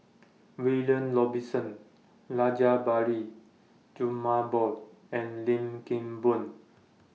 William Robinson Rajabali Jumabhoy and Lim Kim Boon